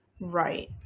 right